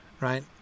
right